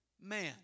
Man